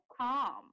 calm